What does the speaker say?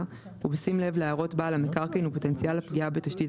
ובשים לב להערות בעל המקרקעין ופוטנציאל הפגיעה בתשתית